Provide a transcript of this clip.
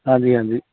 ਹਾਂਜੀ ਹਾਂਜੀ